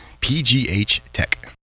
pghtech